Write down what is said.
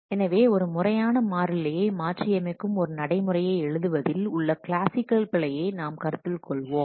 எனவே ஒரு முறையான மாறிலியை மாற்றியமைக்கும் ஒரு நடைமுறையை எழுதுவதில் உள்ள கிளாசிக்கல் பிழையை நாம் கருத்தில் கொள்வோம்